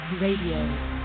Radio